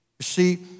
see